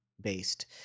based